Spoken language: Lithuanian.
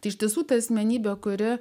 tai iš tiesų ta asmenybė kuri